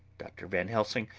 dr. van helsing,